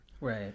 Right